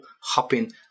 hopping